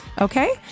Okay